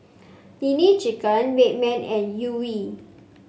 Nene Chicken Red Man and Yuri